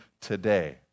today